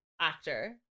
actor